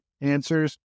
answers